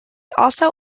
also